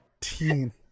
teen